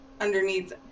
underneath